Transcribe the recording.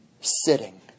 sitting